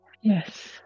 Yes